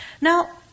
Now